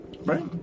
Right